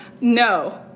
no